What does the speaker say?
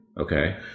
Okay